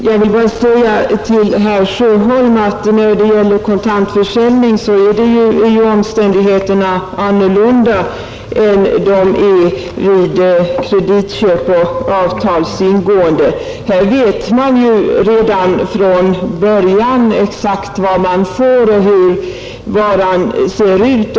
Herr talman! Jag vill bara säga till herr Sjöholm att när det gäller kontantförsäljning är omständigheterna andra än vid kreditköp och avtals ingående, Då vet köparen redan från början exakt hur varan ser ut.